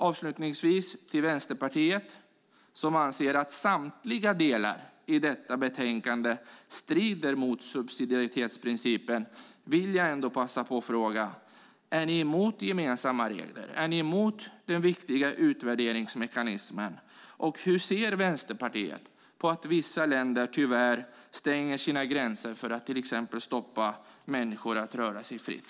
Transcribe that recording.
Avslutningsvis vill jag passa på att fråga Vänsterpartiet, som anser att samtliga delar i detta utlåtande strider mot subsidiaritetsprincipen: Är ni emot gemensamma regler? Är ni emot den viktiga utvärderingsmekanismen? Hur ser Vänsterpartiet på att vissa länder tyvärr stänger sina gränser för att till exempel hindra människor från att röra sig fritt?